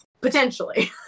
potentially